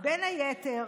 בין היתר,